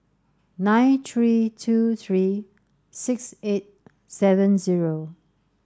nine three two three six eight seven zero